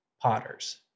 potters